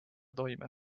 toime